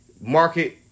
market